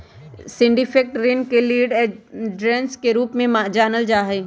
syndicated ऋण के lead arrangers के रूप में जानल जा हई